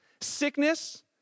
Sickness